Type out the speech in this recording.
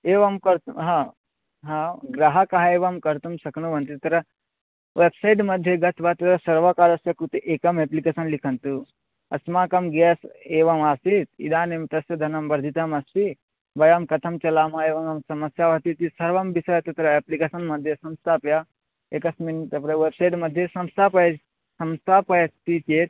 एवं कर्तुं ग्राहकः एवं कर्तुं शक्नुवन्ति तत्र वेब्सैट् मध्ये गत्वा तत्र सर्वकारस्य कृते एकम् अप्लिकेसन् लिखन्तु अस्माकं गेस् एवमासीत् इदानीं तस्य धनं बर्धितमस्ति वयं कथं चलामः एवमेवं समस्या भवतीति सर्वं विषये तत्र अप्लिकेसन् मध्ये संस्थाप्य एकस्मिन् पेपरे वेब्सैट् मध्ये संस्थाप्ये संस्थापयति चेत्